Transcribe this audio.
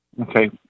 Okay